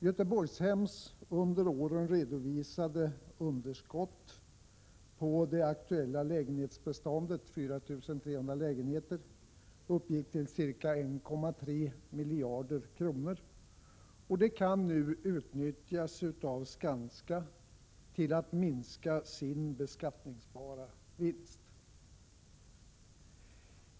Göteborgshems under åren redovisade underskott för det aktuella lägenhetsbeståndet, 4 300 lägenheter, uppgick till ca 1,3 miljarder och kan nu utnyttjas av Skanska till att minska sin beskattningsbara vinst.